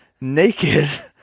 naked